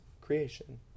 creation